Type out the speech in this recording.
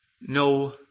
no